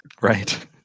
right